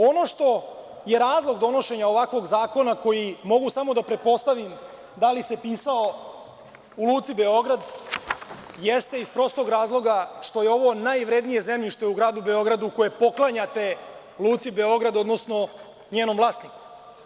Ono što je razlog donošenja ovakvog zakona koji mogu samo da pretpostavim, da li se pisao u Luci Beograd, jeste iz prostog razloga što je ovo najvrednije zemljište u Gradu Beogradu koje poklanjate Luci Beograd, odnosno njenom vlasniku.